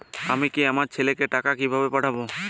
আমি আমার ছেলেকে টাকা কিভাবে পাঠাব?